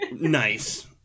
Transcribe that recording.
Nice